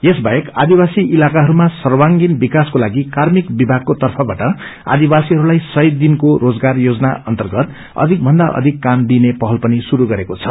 यसबाहेक आदिवासी इलाकाहरूको मानिसहरूको सर्वार्गीण विकासको लागि कार्मिक विभागको तर्फबाट आदिवससीहरूलाइ सय दिनको रोजगार योजना अर्न्तगत अधिक भन्दा अधिक काम दिइने पहल पनि शुरू गरेको छ